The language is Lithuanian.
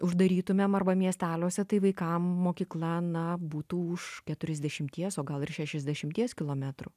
uždarytumėm arba miesteliuose tai vaikam mokykla na būtų už keturiasdešimties o gal ir šešiasdešimties kilometrų